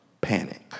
panic